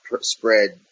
spread